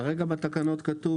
כרגע בתקנות כתוב,